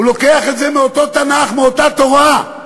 הוא לוקח את זה מאותו תנ"ך, מאותה תורה.